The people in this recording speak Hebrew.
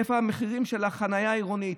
איפה המחירים של החניה העירונית?